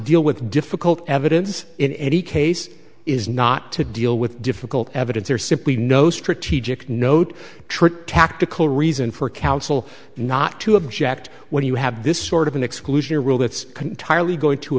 deal with difficult evidence in any case is not to deal with difficult evidence or simply no strategic note treat tactical reason for counsel not to object when you have this sort of an exclusion